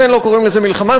לכן לא קוראים לזה מלחמה.